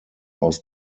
aus